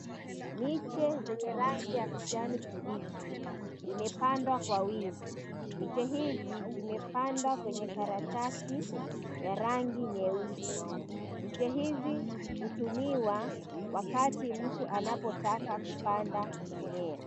Miche zenye rangi ya kijani kibichi imepandwa kwa wingi. Miche hizi zimepandwa kwenye karatasi ya rangi nyeusi. Miche hizi hutumiwa wakati mtu anapotaka kupanda mimea.